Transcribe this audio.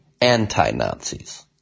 anti-Nazis